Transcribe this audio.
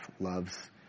loves